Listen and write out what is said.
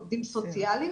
עובדים סוציאליים.